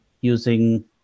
using